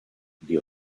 die